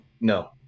No